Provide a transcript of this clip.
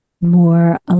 more